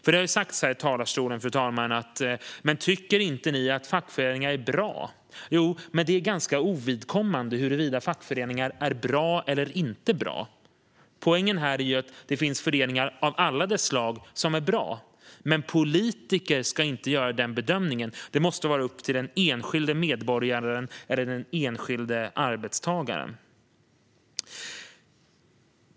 Tycker ni inte att fackföreningar är bra, har det frågats här i talarstolen. Jo, men det är ganska ovidkommande huruvida fackföreningar är bra eller inte. Poängen är att det finns föreningar av alla de slag som är bra, men politiker ska inte göra den bedömningen. Det måste vara upp till den enskilde medborgaren eller den enskilde arbetstagaren.